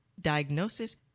diagnosis